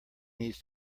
needs